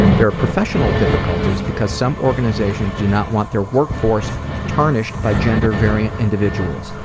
there are professional difficulties because some organizations do not want their workforce tarnished by gender-variant individuals,